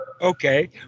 Okay